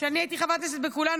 כשאני הייתי חברת כנסת בכולנו,